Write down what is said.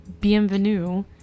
Bienvenue